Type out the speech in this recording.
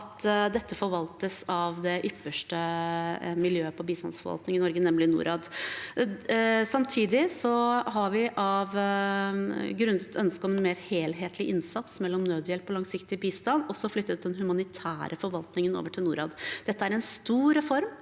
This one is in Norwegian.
dette forvaltes av det ypperste miljøet på bistandsforvaltning i Norge, nemlig Norad. Samtidig har vi, grunnet et ønske om en mer helhetlig innsats mellom nødhjelp og langsiktig bistand, også flyttet den humanitære forvaltningen over til Norad. Dette er en stor reform,